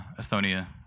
Estonia